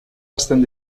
hasten